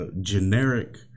generic